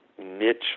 niche